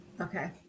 Okay